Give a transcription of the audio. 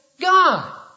God